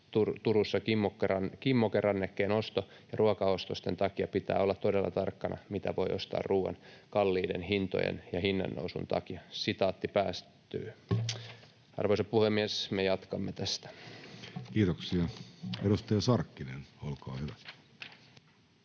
Turussa Kimmoke-rannekkeen osto, ja ruokaostosten takia pitää olla todella tarkka, mitä voi ostaa ruuan kalliiden hintojen ja hinnannousujen takia.” Arvoisa puhemies, me jatkamme tästä. [Speech 200] Speaker: Jussi